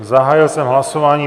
Zahájil jsem hlasování.